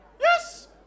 Yes